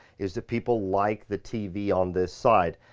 is that people like the tv on this side,